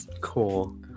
Cool